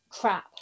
crap